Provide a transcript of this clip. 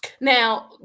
Now